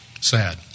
sad